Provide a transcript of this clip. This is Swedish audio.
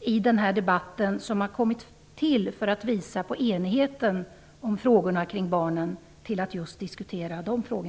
i den här debatten, som ju har kommit till för att visa på enigheten i frågorna om barnen, åt att just diskutera de frågorna.